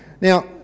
Now